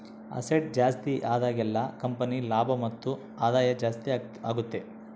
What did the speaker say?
asset ಜಾಸ್ತಿ ಆದಾಗೆಲ್ಲ company ಲಾಭ ಮತ್ತು ಆದಾಯ ಜಾಸ್ತಿ ಆಗುತ್ತೆ